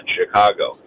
Chicago